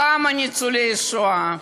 כמה ניצולי שואה,